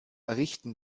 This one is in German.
errichten